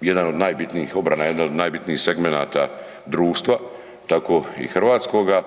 jedan od najbitnijih, obrana jedna od najbitnijih segmenata društva, tako i hrvatskoga.